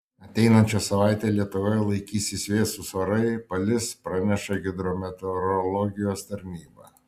ateinančią savaitę lietuvoje laikysis vėsūs orai palis praneša hidrometeorologijos tarnyba